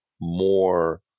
more